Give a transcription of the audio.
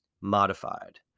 modified